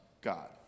God